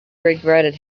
regretted